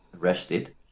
Arrested